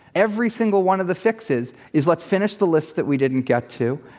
every single one of the fixes is, let's finish the list that we didn't get to,